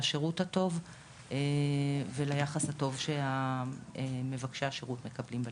לשירות הטוב וליחס הטוב שמבקשי השירות מקבלים בלשכה.